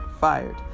fired